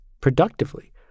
productively